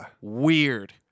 Weird